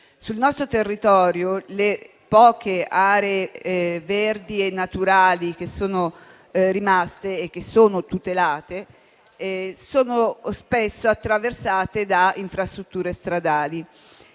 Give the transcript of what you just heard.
Sul nostro territorio, le poche aree verdi e naturali che sono rimaste - e che sono tutelate - sono spesso attraversate da infrastrutture stradali.